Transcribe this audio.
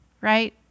right